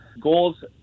Goals